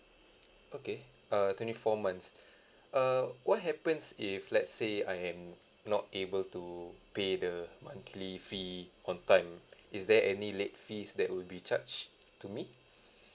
okay uh twenty four months uh what happens if let's say I am not able to pay the monthly fee on time is there any late fees that would be charged to me